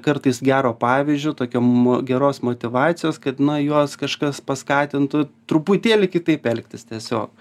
kartais gero pavyzdžio tokiam geros motyvacijos kad na juos kažkas paskatintų truputėlį kitaip elgtis tiesiog